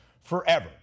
forever